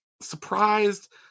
surprised